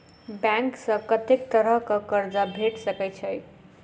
Bank सऽ कत्तेक तरह कऽ कर्जा भेट सकय छई?